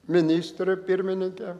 ministre pirmininke